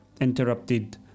interrupted